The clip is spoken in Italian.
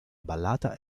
ballata